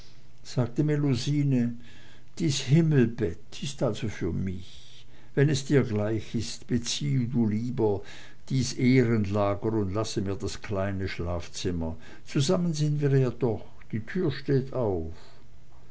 sagte melusine dies himmelbett ist also für mich wenn es dir gleich ist beziehe du lieber dies ehrenlager und lasse mir das kleine schlafzimmer zusammen sind wir ja doch die tür steht auf